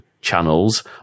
channels